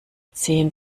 zehn